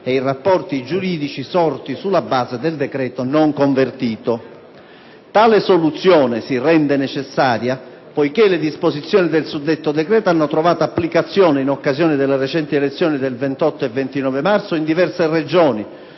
e i rapporti giuridici sorti sulla base del decreto non convertito. Tale soluzione si rende necessaria poiché le disposizioni del suddetto decreto hanno trovato applicazione in occasione delle recenti elezioni del 28 e 29 marzo in diverse Regioni